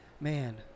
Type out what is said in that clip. man